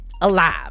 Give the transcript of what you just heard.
alive